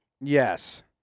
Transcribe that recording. Yes